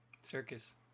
Circus